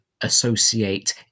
associate